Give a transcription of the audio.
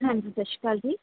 ਹਾਂਜੀ ਸਤਿ ਸ਼੍ਰੀ ਅਕਾਲ ਜੀ